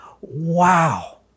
Wow